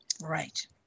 Right